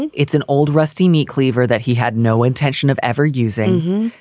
and it's an old rusty meat cleaver that he had no intention of ever using.